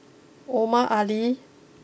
Omar Ali